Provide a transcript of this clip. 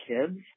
kids